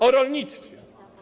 O rolnictwie.